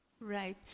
Right